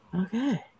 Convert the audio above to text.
okay